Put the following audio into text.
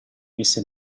messa